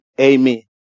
Amen